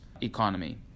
economy